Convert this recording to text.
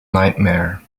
nightmare